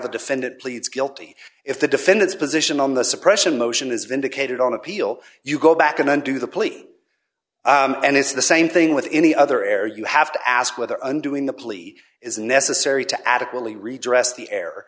the defendant pleads guilty if the defendant's position on the suppression motion is vindicated on appeal you go back and undo the plea and it's the same thing with any other air you have to ask whether undoing the plea is necessary to adequately redress the